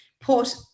put